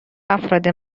افراد